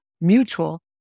mutual